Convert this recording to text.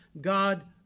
God